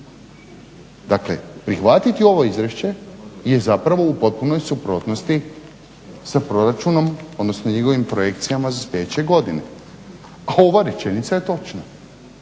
Dakle prihvatiti ovo izvješće je zapravo u potpunoj suprotnosti sa proračunom odnosno njegovim projekcijama za sljedeću godinu. A ova rečenica je točna.